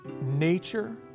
Nature